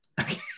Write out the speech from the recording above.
okay